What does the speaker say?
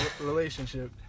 relationship